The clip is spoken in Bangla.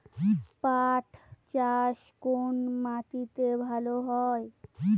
পাট চাষ কোন মাটিতে ভালো হয়?